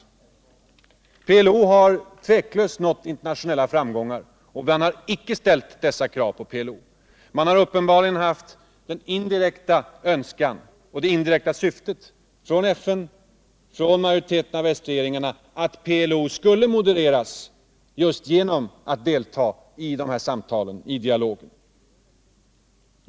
PLO har tveklöst nått internationella framgångar. Den internationella opinionen har icke ställt krav på PLO. Man har uppenbarligen haft den indirekta önskan och det indirekta syftet hos FN och majoriteten av västregeringarna att PLO skulle modereras just genom att delta i dialogen.